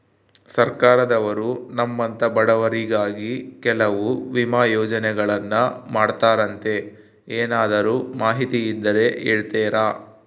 ಸರ್ಕಾರದವರು ನಮ್ಮಂಥ ಬಡವರಿಗಾಗಿ ಕೆಲವು ವಿಮಾ ಯೋಜನೆಗಳನ್ನ ಮಾಡ್ತಾರಂತೆ ಏನಾದರೂ ಮಾಹಿತಿ ಇದ್ದರೆ ಹೇಳ್ತೇರಾ?